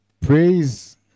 Praise